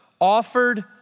offered